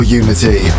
unity